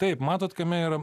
taip matot kame yra